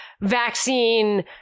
vaccine